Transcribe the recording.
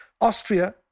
Austria